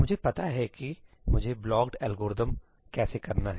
मुझे पता है कि मुझे ब्लॉक्ड एल्गोरिथ्म कैसे करना है